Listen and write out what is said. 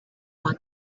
one